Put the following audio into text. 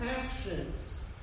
actions